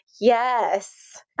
yes